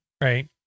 right